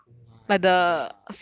no lah impossible lah